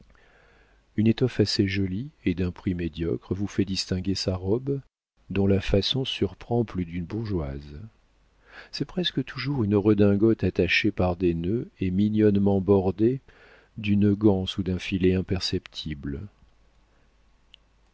une étoffe assez jolie et d'un prix médiocre vous fait distinguer sa robe dont la façon surprend plus d'une bourgeoise c'est presque toujours une redingote attachée par des nœuds et mignonnement bordée d'une ganse ou d'un filet imperceptible